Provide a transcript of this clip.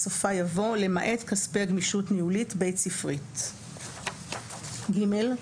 בסופה יבוא "למעט כספי גמישות ניהולית בית ספרית,"; (ג)אחרי